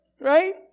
right